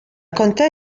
contea